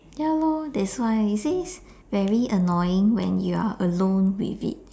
ya lor that's why it says very annoying when you are alone with it